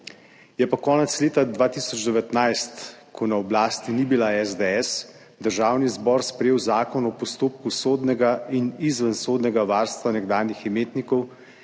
Je pa konec leta 2019, ko na oblasti ni bila SDS, Državni zbor sprejel Zakon o postopku sodnega in izvensodnega varstva nekdanjih imetnikov